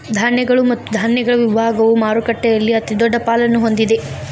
ಧಾನ್ಯಗಳು ಮತ್ತು ಧಾನ್ಯಗಳ ವಿಭಾಗವು ಮಾರುಕಟ್ಟೆಯಲ್ಲಿ ಅತಿದೊಡ್ಡ ಪಾಲನ್ನು ಹೊಂದಿದೆ